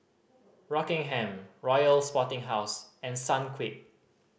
Rockingham Royal Sporting House and Sunquick